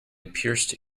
pierced